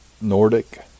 Nordic